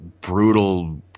brutal